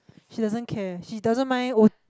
she doesn't care she doesn't mind